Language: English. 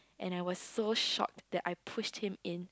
and I was so shocked that I pushed him in